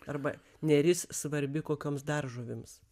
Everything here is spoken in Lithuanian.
arba neris svarbi kokioms dar žuvims